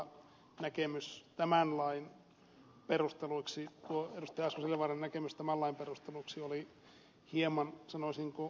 asko seljavaaran näkemys tämän lain perusteluiksi oli hieman sanoisinko kaukaa haettu